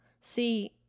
See